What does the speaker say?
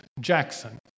Jackson